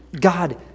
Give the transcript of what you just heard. God